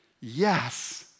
yes